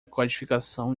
codificação